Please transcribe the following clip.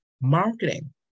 marketing